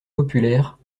populaire